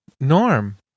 Norm